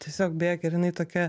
tiesiog bėk ir jinai tokia